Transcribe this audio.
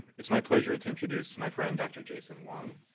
it's my pleasure to introduce my friend, dr. jason wong.